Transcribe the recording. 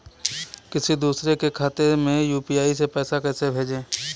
किसी दूसरे के खाते में यू.पी.आई से पैसा कैसे भेजें?